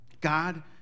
God